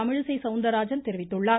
தமிழிசை சௌந்தரராஜன் தெரிவித்துள்ளார்